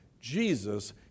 Jesus